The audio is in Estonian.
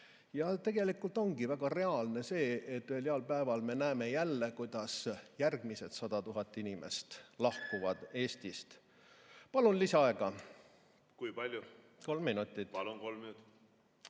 Tegelikult ongi väga reaalne see, et ühel heal päeval me näeme jälle, kuidas järgmised 100 000 inimest lahkuvad Eestist. Palun lisaaega. Kui palju? Kolm minutit. Palun! Kolm minutit.